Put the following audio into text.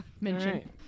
mention